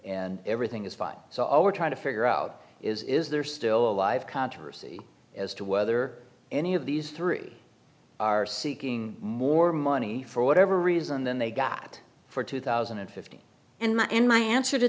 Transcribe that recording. and everything is fine so all we're trying to figure out is is there still alive controversy as to whether any of these three are seeking more money for whatever reason than they got for two thousand and fifty and my in my answer to